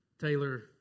Taylor